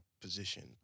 position